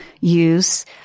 use